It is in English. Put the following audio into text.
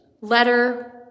letter